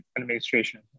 administration